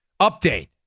Update